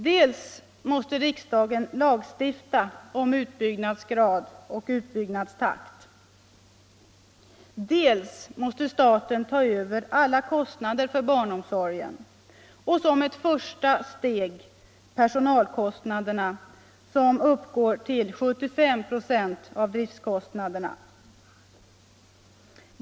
Dels måste riksdagen lagstifta om utbyggnadsgrad och utbyggnadstakt, dels måste staten ta över alla kostnader för barnomsorgen, och som ett första steg personalkostnaderna, som uppgår till 75 96 av driftkostnaderna.